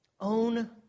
Own